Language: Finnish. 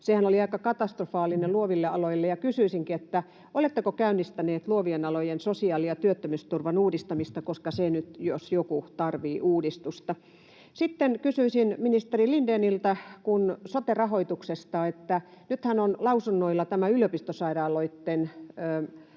aika katastrofaalinen luoville aloille: oletteko käynnistänyt luovien alojen sosiaali‑ ja työttömyysturvan uudistamista, koska se jos joku tarvitsee nyt uudistusta? Sitten kysyisin ministeri Lindéniltä sote-rahoituksesta. Nythän on lausunnoilla tämä, miten yliopistosairaaloille